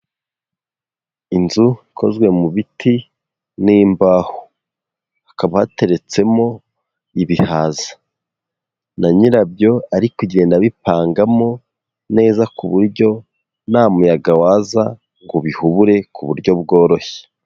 Inzu ikozwe mu biti n'imbaho, hakaba hateretsemo ibihaza, na nyirabyo ari kugenda abipangamo neza ku buryo nta muyaga waza ngo bihubure ku buryo bworoshye.